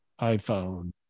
iPhone